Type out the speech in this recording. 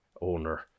owner